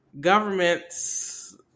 governments